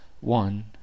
One